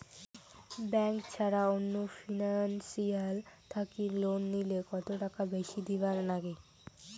Bank ছাড়া অন্য financial থাকি লোন নিলে কতটাকা বেশি দিবার নাগে?